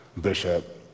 Bishop